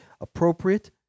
appropriate